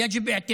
לא צריך עזרה,